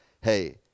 Hey